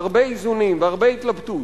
והרבה איזונים והרבה התלבטות,